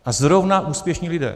A zrovna úspěšní lidé.